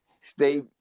stay